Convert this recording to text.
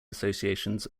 associations